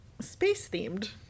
space-themed